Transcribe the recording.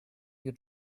you